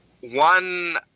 one